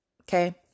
Okay